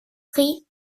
prix